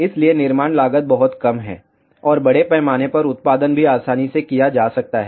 इसलिए निर्माण लागत बहुत कम है और बड़े पैमाने पर उत्पादन भी आसानी से किया जा सकता है